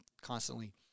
constantly